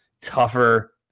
tougher